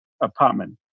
apartment